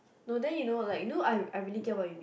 no then you know like you know I I really get what you mean